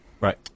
Right